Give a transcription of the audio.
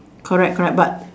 correct correct but